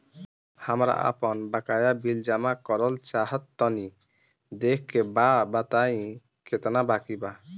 हमरा आपन बाकया बिल जमा करल चाह तनि देखऽ के बा ताई केतना बाकि बा?